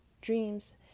dreams